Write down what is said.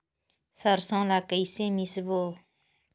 सरसो ला कइसे मिसबो?